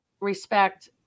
respect